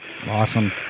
Awesome